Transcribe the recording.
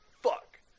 fuck